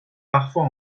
parfois